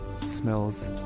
smells